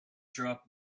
drop